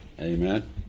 Amen